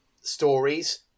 stories